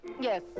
Yes